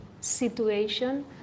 situation